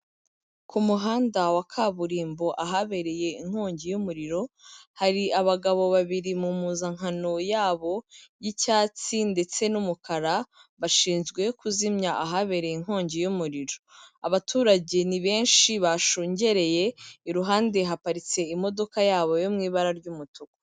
Ku muhanda wa kaburimbo ahabereye inkongi y'umuriro, hari abagabo babiri mu mpuzankano yabo y'icyatsi ndetse n'umukara, bashinzwe kuzimya ahabereye inkongi y'umuriro. Abaturage ni benshi bashungereye, iruhande haparitse imodoka yabo yo mu ibara ry'umutuku.